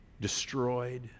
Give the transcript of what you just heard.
destroyed